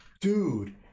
Dude